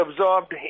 absorbed